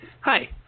Hi